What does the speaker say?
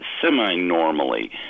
semi-normally